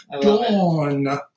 Dawn